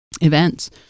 events